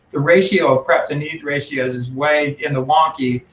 the ratio of prep-to-need ratios is way in the wonky,